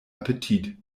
appetit